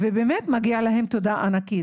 ובאמת מגיע להם תודה ענקית,